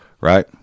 right